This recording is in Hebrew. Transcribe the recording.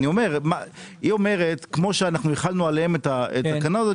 היא אומרת שכמו שאנחנו החלנו עליהם את התקנה הזאת,